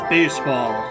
Baseball